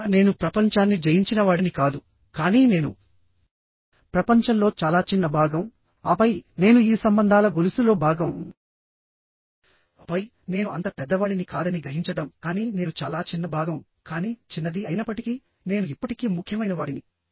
ఇలా నేను ప్రపంచాన్ని జయించినవాడిని కాదు కానీ నేను ప్రపంచంలో చాలా చిన్న భాగం ఆపై నేను ఈ సంబంధాల గొలుసులో భాగంఆపై నేను అంత పెద్దవాడిని కాదని గ్రహించడం కానీ నేను చాలా చిన్న భాగం కానీ చిన్నది అయినప్పటికీ నేను ఇప్పటికీ ముఖ్యమైనవాడిని